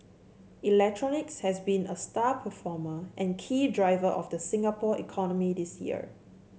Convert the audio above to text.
electronics has been a star performer and key driver of the Singapore economy this year